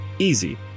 Easy